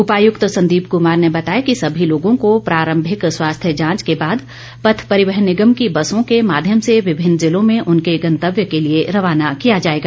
उपायूक्त संदीप कुमार ने बताया कि सभी लोगों को प्रारंभिक स्वास्थ्य जांच के बाद पथ परिवहन निगम की बसों के माध्यम से विभिन्न जिलों में उनके गंतव्य के लिए रवाना किया जाएगा